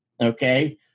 Okay